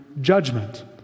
judgment